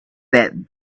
that